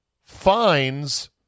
fines